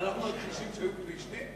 מה, אנחנו מכחישים שהיו פלישתים?